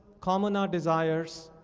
common our desires.